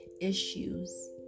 issues